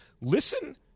Listen